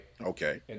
Okay